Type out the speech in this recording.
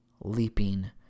leaping